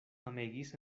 amegis